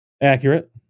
Accurate